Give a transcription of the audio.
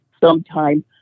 sometime